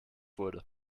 wurde